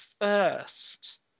first